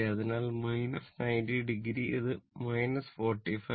അതിനാൽ 90 o അത് 45 o ആണ്